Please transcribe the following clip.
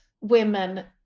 women